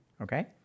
okay